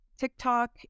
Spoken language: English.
TikTok